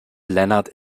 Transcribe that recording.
lennart